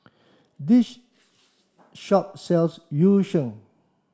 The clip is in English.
this shop sells Yu Sheng